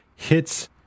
hits